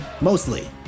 Mostly